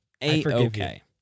a-okay